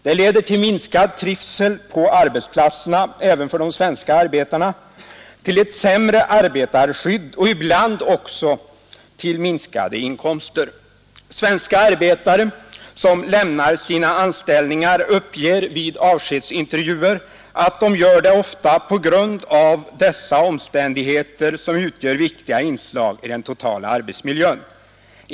Det leder till minskad trivsel på arbetsplatserna även för de svenska arbetarna, till ett sämre arbetarskydd och ibland också till minskade inkomster. Svenska arbetare som lämnar sina anställningar uppger ofta vid avskedsintervjuer att de gör det på grund av dessa omständigheter, som är viktiga inslag i den totala arbetsmiljön.